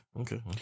okay